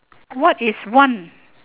what is one